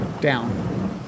down